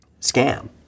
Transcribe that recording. scam